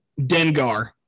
Dengar